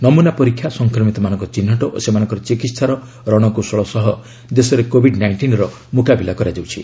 ନମୁନା ପରୀକ୍ଷା ସଂକ୍ରମିତମାନଙ୍କ ଚିହ୍ନଟ ଓ ସେମାନଙ୍କ ଚିକିତ୍ସାର ରଣକୌଶଳ ସହ ଦେଶରେ କୋଭିଡ୍ ନାଇଷ୍ଟିନ୍ର ମୁକାବିଲା କରାଯାଉଛି